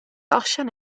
osian